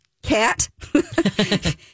cat